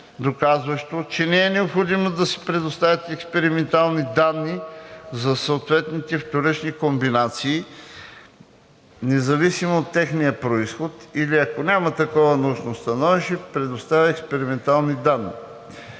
доказващо, че не е необходимо да се предоставят експериментални данни за съответните вторични комбинации независимо от техния произход или ако няма такова научно становище, представя експерименталните данни.